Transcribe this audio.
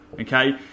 okay